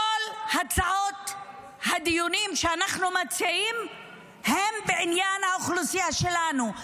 כל הצעות הדיונים שאנחנו מציעים הן בעניין האוכלוסייה שלנו.